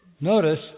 notice